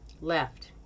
Left